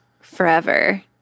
forever